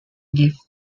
gift